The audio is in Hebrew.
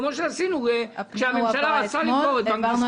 כמו שעשינו כשהממשלה רצתה לקבור את --- העברנו